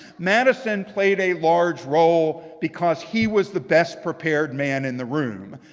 madison played a large role because he was the best prepared man in the room.